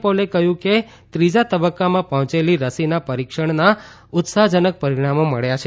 પોલે કહ્યું કે ત્રીજા તબક્કામાં પહોંચેલી રસીના પરિક્ષણના ઉત્સાહજનક પરિણામો મળ્યા છે